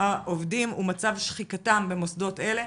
העובדים ומצב שחיקתם במוסדות אלה.